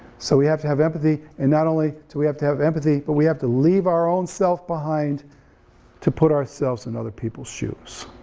so we have to have empathy, and not only do we have to have empathy, but we have to leave our own self behind to put ourselves in other people's shoes.